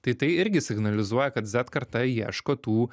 tai tai irgi signalizuoja kad zed karta ieškotų